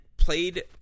played